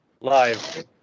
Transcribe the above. live